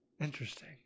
interesting